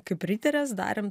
kaip riterės darėm